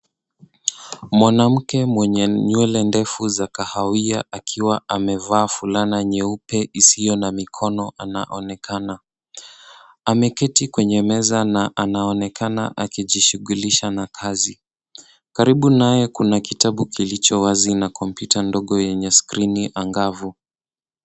Mwanamke mwenye nywele ndefu za kahawia akiwa amevalia fulana nyeupe isiyo na mikono anaonekana. Ameketi kwenye meza na anaonekana akijishughulisha na kazi ,karibu naye kuna kitabu kilichowazi na kompyuta ndogo yenye skrini angavu.